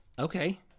Okay